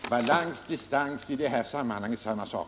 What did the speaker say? Herr talman! Balans och distans är i detta sammanhang samma sak.